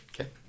Okay